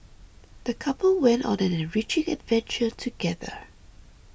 the couple went on an enriching adventure together